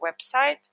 website